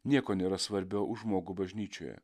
nieko nėra svarbiau už žmogų bažnyčioje